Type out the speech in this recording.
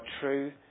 true